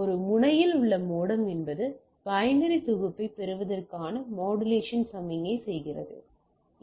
ஒரு முனையில் உள்ள மோடம் என்பது பைனரி தொகுப்பைப் பெறுவதற்கான மாடுலேஷன் சமிக்ஞை செய்கிறது